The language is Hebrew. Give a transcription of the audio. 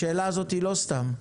השאלה הזאת היא לא סתם.